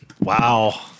Wow